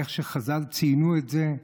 איך שחז"ל ציינו את זה: